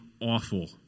awful